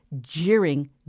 jeering